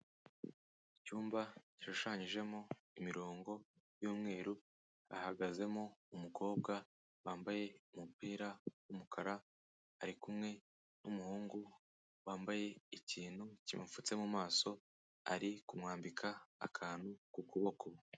Icyumba gishushanyijemo imirongo y'umweru, hahagazemo umukobwa wambaye umupira w'umukara, ari kumwe n'umuhungu wambaye ikintu kimupfutse mu maso, ari kumwambika akantu ku kuboko.